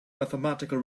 mathematical